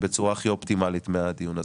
בצורה הכי אופטימלית מהדיון הזה.